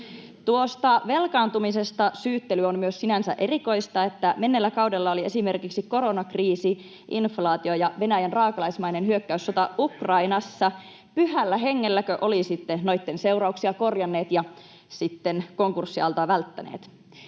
Tuosta velkaantumisesta syyttely on myös sinänsä erikoista, että menneellä kaudella oli esimerkiksi koronakriisi, inflaatio ja Venäjän raakalaismainen hyökkäyssota Ukrainassa. Pyhällä hengelläkö olisitte noitten seurauksia korjanneet ja sitten konkurssiaaltoa välttäneet?